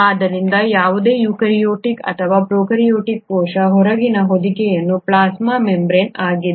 ಆದ್ದರಿಂದ ಯಾವುದೇ ಯುಕ್ಯಾರಿಯೋಟಿಕ್ ಅಥವಾ ಪ್ರೊಕಾರ್ಯೋಟಿಕ್ ಕೋಶದ ಹೊರಗಿನ ಹೊದಿಕೆಯು ಪ್ಲಾಸ್ಮಾ ಮೆಂಬರೇನ್ ಆಗಿದೆ